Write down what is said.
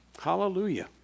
Hallelujah